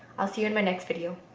i'll see you in my next video.